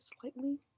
slightly